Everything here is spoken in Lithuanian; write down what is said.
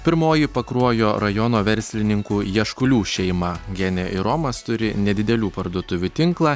pirmoji pakruojo rajono verslininkų jaškulių šeima genė ir romas turi nedidelių parduotuvių tinklą